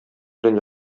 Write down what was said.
белән